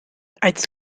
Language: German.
als